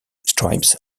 stripes